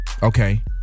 Okay